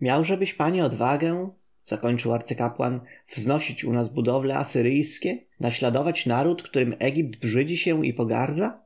miałżebyś panie odwagę zakończył arcykapłan wznosić u nas budowle asyryjskie naśladować naród którym egipt brzydzi się i pogardza